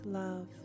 love